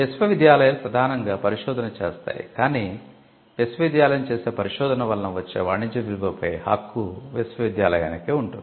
విశ్వవిద్యాలయాలు ప్రధానంగా పరిశోధన చేస్తాయి కాని విశ్వవిద్యాలయం చేసే పరిశోధన వలన వచ్చే వాణిజ్య విలువపై హక్కు విశ్వవిద్యాలయానికే ఉంటుంది